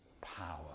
power